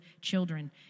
children